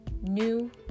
new